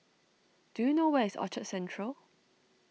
do you know where is Orchard Central